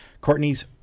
Courtney's